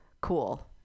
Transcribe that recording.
cool